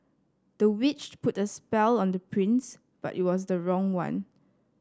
the witch put a spell on the prince but it was the wrong one